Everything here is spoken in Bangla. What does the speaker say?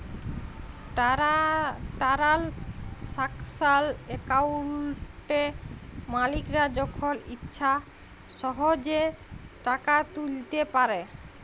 টারালসাকশাল একাউলটে মালিকরা যখল ইছা সহজে টাকা তুইলতে পারে